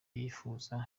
yipfuza